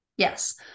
Yes